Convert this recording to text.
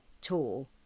tour